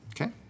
Okay